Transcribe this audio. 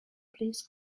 please